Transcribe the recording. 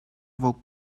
walked